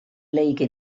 league